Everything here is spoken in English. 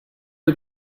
are